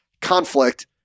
conflict